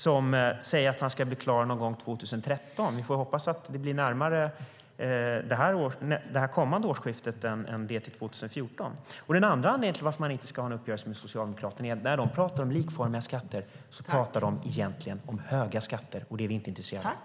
Han säger att han ska bli klar någon gång 2013. Vi får hoppas att det blir närmare kommande årsskifte än det till år 2014. Anledningen till att man inte ska ha en uppgörelse med Socialdemokraterna är för det andra att de, när de pratar om likformiga skatter, egentligen pratar om höga skatter, och det är vi inte intresserade av.